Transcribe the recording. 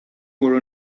were